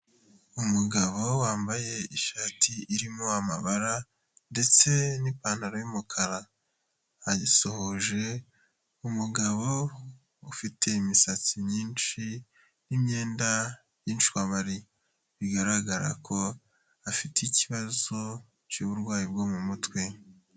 Umugabo wambaye ishati irimo amabara ndetse n'ipantaro y’umukara agisuhuje umugabo ufite imisatsi myinshi n'imyenda y'inshwabari bigaragara ko afite ikibazo cy'uburwayi bwo mu mutwe.